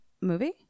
movie